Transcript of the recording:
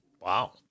Wow